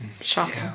shocking